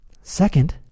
Second